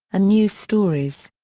news stories.